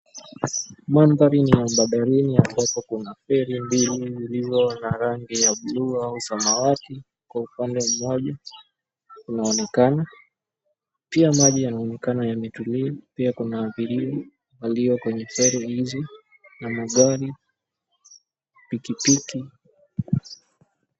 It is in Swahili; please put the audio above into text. Mandhari ni ya bandarini ambapo kuna ferry mbili zilizo na rangi ya buluu au samawati kwa upande mmoja unaonekana. Pia maji yanaonekana yametulia. Pia kuna abiria aliye kwenye ferry nje na magari, pikipiki.